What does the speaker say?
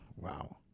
Wow